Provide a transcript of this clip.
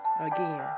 Again